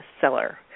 seller